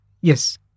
Yes